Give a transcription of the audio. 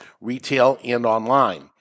retail-and-online